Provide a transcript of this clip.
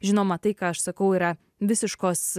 žinoma tai ką aš sakau yra visiškos